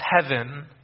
heaven